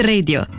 Radio